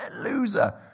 loser